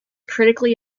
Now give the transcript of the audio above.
critically